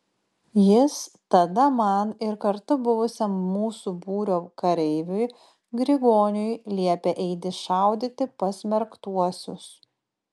jis tada man ir kartu buvusiam mūsų būrio kareiviui grigoniui liepė eiti šaudyti pasmerktuosius